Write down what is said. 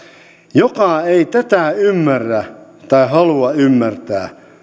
joka ei tätä ymmärrä tai halua ymmärtää